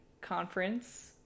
conference